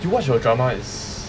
you watch your drama is